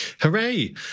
hooray